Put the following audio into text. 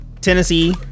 Tennessee